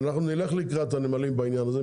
אנחנו נלך לקראת הנמלים בעניין הזה,